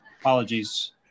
apologies